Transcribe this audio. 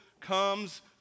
comes